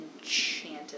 enchanted